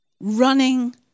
running